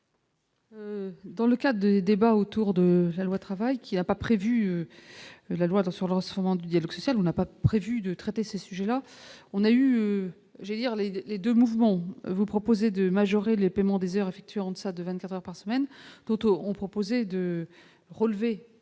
Dans le cas des débats autour de la loi travail qui a pas prévu la loi sur la souvent du dialogue social, on n'a pas prévu de traiter ces sujets-là, on a eu gère les 2, les 2 mouvements, on vous proposait de majorer les paiement des heures effectuées en deçà de 24 heures par semaine, d'autres ont proposé de relever